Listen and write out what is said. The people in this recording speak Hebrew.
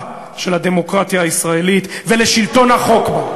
של הדמוקרטיה הישראלית ולשלטון החוק בה.